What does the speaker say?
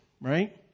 right